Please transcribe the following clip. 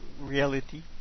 reality